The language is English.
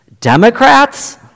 Democrats